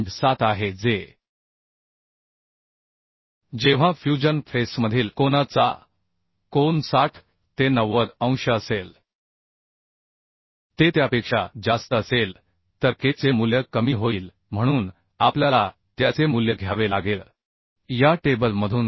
7 आहे जे जेव्हा फ्यूजन फेसमधील कोना चा कोन 60 ते 90 अंश असेल ते त्यापेक्षा जास्त असेल तर K चे मूल्य कमी होईल म्हणून आपल्याला त्याचे मूल्य घ्यावे लागेल या टेबलमधून के